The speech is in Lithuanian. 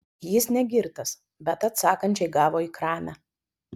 jis ne girtas bet atsakančiai gavo į kramę